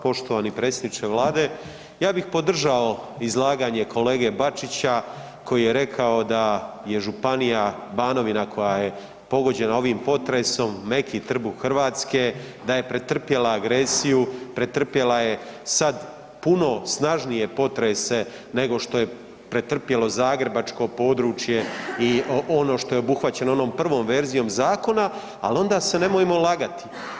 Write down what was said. Poštovani predsjedniče Vlade, ja bih podržao izlaganje kolege Bačića koji je rekao da je županija Banovina koja je pogođena ovim potresom meki trbuh Hrvatske, da je pretrpjela agresiju, pretrpjela je sad puno snažnije potrese nego što je pretrpjelo zagrebačko područje i ono što je obuhvaćeno onom prvom verzijom zakona, ali onda se nemojmo lagati.